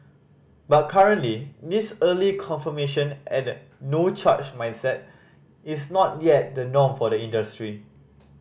but currently this early confirmation and no change mindset is not yet the norm for the industry